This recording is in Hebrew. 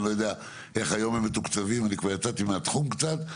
אני לא יודע איך היום הם מתוקצבים אני כבר יצאתי מהתחום קצת,